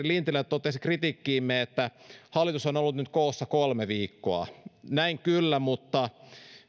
lintilä totesi kritiikkiimme että hallitus on ollut nyt koossa kolme viikkoa näin kyllä mutta